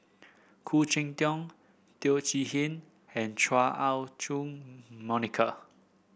Khoo Cheng Tiong Teo Chee Hean and Chua Ah Monica